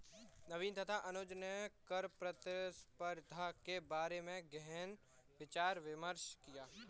नवीन तथा अनुज ने कर प्रतिस्पर्धा के बारे में गहन विचार विमर्श किया